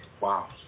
wow